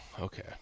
okay